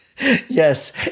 Yes